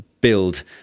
build